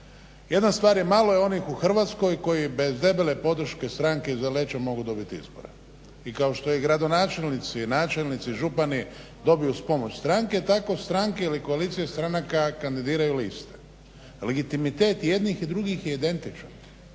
Jedna stvar, malo je onih u Hrvatskoj koji bez debele podrške iz stranke iza leđa mogu dobiti izbore, i kao što je gradonačelnici, načelnici, župani dobiju uz pomoć stranke, tako stranke ili koalicije stranaka kandidiraju liste, legitimitet jednih i drugih je identičan,